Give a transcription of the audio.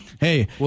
hey